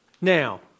Now